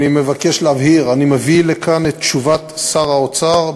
אני מבקש להבהיר: אני מביא לכאן את תשובת שר האוצר,